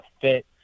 fit